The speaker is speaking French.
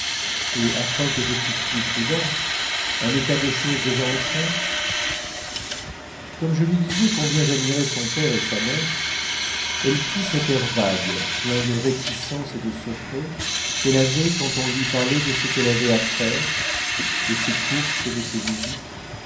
et afin que je fusse plus prudent un état de choses déjà ancien comme je lui disais combien j'admirais son père et sa mère elle prit cet air vague plein de réticences et de secret qu'elle avait quand on lui parlait de ce qu'elle avait à faire de ses courses et de ses visites